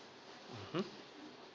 mm